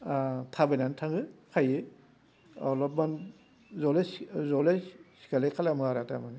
थाबायनानै थाङो फैयो अलफमान जलाय सिखारलाय खालामो आरो थारमानि